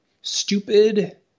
stupid